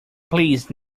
please